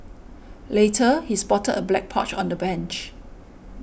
later he spotted a black pouch on the bench